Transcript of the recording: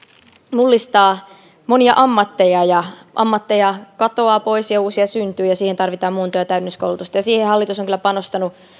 mullistavat monia ammatteja ammatteja katoaa pois ja uusia syntyy ja siihen tarvitaan muunto ja täydennyskoulutusta ja siihen hallitus on kyllä panostanut